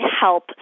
help